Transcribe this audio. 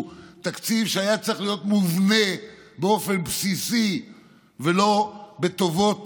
תקציב שהיה צריך להיות מובנה באופן בסיסי ולא בטובות